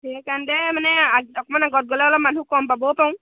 সেইকাৰণেতে মানে অকণমানে আগত গ'লে অলপ মানুহ কম পাবও পাৰোঁ